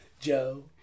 Joe